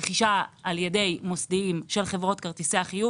רכישה על ידי מוסדיים של חברות כרטיסי האשראי,